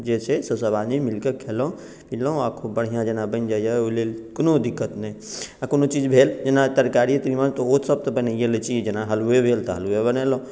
जे छै से सब आदमी मिलके खेलहुॅं पिलहुॅं आ खूब बढ़िऑं जेना बनि जाइया आ ओहिलेल कोनो दिक्कत नहि आ कोनो चीज भेल जेना तरकारी तिमन तऽ ओ सब तऽ बना लै छी जेना हलुए भेल तऽ हलुए बनेलहुॅं